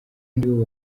nibo